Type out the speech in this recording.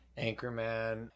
anchorman